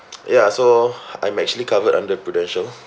ya so I'm actually covered under Prudential